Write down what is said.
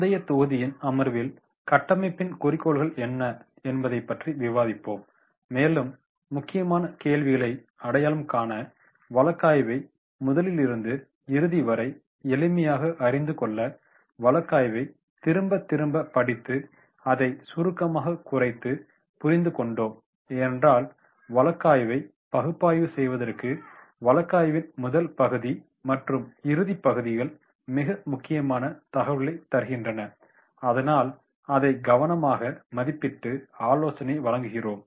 முந்தைய தொகுதியின் அமர்வில் கட்டமைப்பின் குறிக்கோள்கள் என்ன என்பதை பற்றி விவாதிப்போம் மேலும் முக்கியமான கேள்விகளை அடையாளம் காண வழக்காய்வை முதலிலிருந்து இறுதிவரை எளிமையாக அறிந்துகொள்ள வழக்காய்வைப் திரும்ப திரும்ப படித்து அதை சுருக்கமாக குரைத்து புரிந்து கொண்டோம் ஏனென்றால் வழக்காய்வைப் பகுப்பாய்வு செய்வதற்கு வழக்காவின் முதல் பகுதி மற்றும் இறுதி பகுதிகள் மிக முக்கியமான தகவல்களைத் தருகின்றன அதனால் அதை கவனமாக மதிப்பிட்டு ஆலோசனையை வழங்குகிறோம்